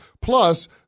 Plus